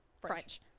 French